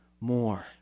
more